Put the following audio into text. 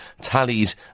tallied